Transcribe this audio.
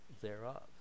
thereof